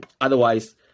Otherwise